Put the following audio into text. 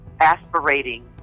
aspirating